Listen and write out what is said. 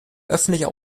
öffentlich